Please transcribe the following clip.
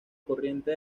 corriente